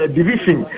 Division